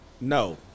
No